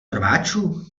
rváčů